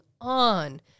on